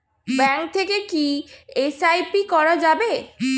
Bank থেকে কী SIP করা যাবে?